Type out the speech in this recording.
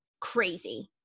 crazy